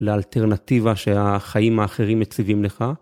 לאלטרנטיבה שהחיים האחרים מציבים לך.